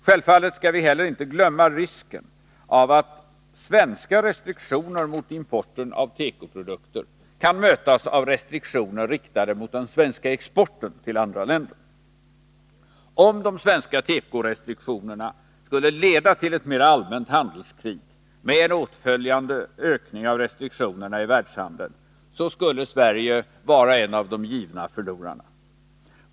Självfallet skall vi heller inte glömma risken att svenska restriktioner mot importen av tekoprodukter kan mötas av restriktioner riktade mot den svenska exporten till andra länder. Om de svenska tekorestriktionerna skulle leda till ett mera allmänt handelskrig med en åtföljande ökning av restriktionerna i världshandel, skulle Sverige vara en av de givna förlorarna.